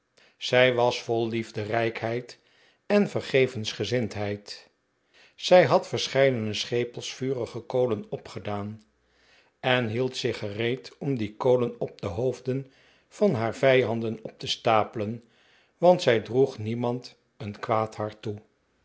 zij was vol liefderijkheid en vergevensgezindheid zij had verscheidene schepels vurige kolen opgedaan en hield zich gereed om die op de hoofden van haar vijanden op te stapelen want zij droeg niemand een kwaad hart toe